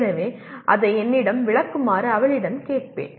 எனவே அதை என்னிடம் விளக்குமாறு அவளிடம் கேட்பேன்